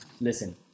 Listen